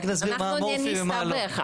אנחנו נסתבך.